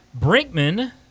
Brinkman